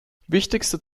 wichtigster